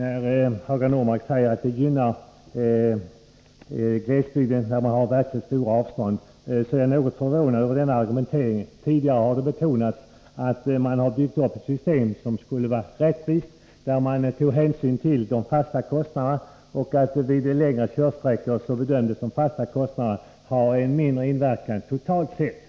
Fru talman! När Hagar Normark säger att det gynnar glesbygder med rätt långa avstånd blir jag något förvånad över denna argumentering. Tidigare har det betonats att man byggt upp ett system som skulle vara rättvist och där man tagit hänsyn till de fasta kostnaderna. Vid längre körsträckor bedömdes de fasta kostnaderna ha en mindre inverkan totalt sett.